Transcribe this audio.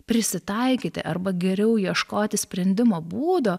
prisitaikyti arba geriau ieškoti sprendimo būdo